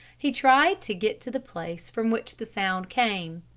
he tried to get to the place from which the sound came.